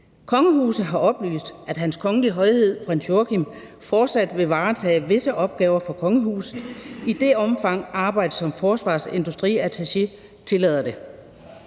Kongehuset har oplyst, at Hans Kongelige Højhed Prins Joachim fortsat vil varetage visse opgaver for kongehuset i det omfang, arbejdet som forsvarsindustriattaché tillader det.